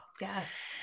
yes